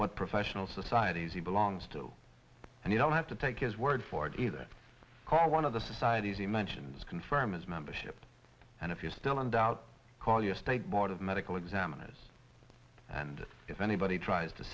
in professional societies he belongs to and you don't have to take his word for it either call one of the societies e mentions confirm his membership and if you're still in doubt call your state board of medical examiners and if anybody tries to